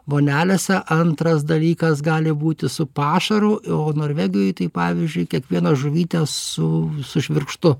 vonelėse antras dalykas gali būti su pašaru o norvegijoj tai pavyzdžiui kiekvieną žuvytę su su švirkštu